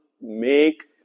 make